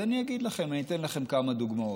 אז אני אגיד לכם, אני אתן לכם כמה דוגמאות.